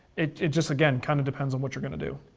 it it just, again, kind of depends on what you're going to do.